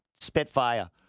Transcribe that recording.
spitfire